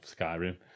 Skyrim